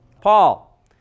paul